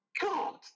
God